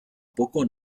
poco